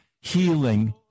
healing